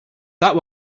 that